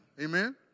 amen